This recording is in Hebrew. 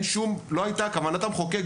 כוונת המחוקק,